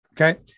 Okay